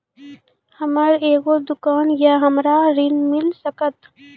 हमर एगो दुकान या हमरा ऋण मिल सकत?